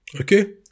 Okay